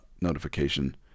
notification